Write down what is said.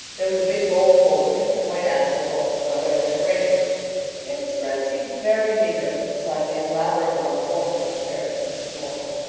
there was a big bowlful of pink-and-white asters also, by way of decoration yet the spread seemed very meager beside the elaborate one formerly prepared for mrs. morgan.